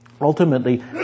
Ultimately